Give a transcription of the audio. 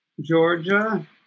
Georgia